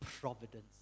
providence